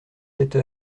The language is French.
cette